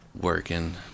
Working